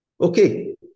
Okay